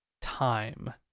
time